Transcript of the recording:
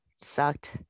sucked